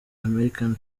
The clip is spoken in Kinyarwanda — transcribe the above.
america